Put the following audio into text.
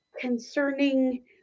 concerning